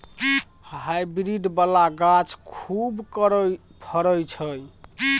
hybrid बला गाछ खूब फरइ छै